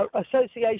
association